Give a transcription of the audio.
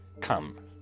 come